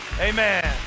amen